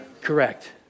Correct